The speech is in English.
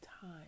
time